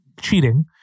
cheating